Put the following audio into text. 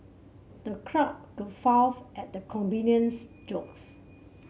the crowd guffawed at the comedian's jokes